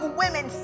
women